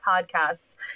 podcasts